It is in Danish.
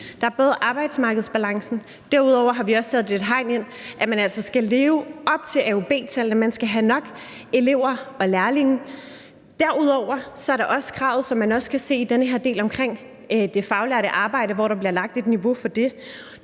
Der er arbejdsmarkedsbalancen, og derudover har vi også sat et hegn ind, i forhold til at man altså skal leve op til AUB-tallene, altså at man skal have nok elever og lærlinge. Og derudover er der også krav, som man også kan se i den her del omkring det faglærte arbejde, hvor der bliver lagt et niveau for det.